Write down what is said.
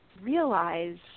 realize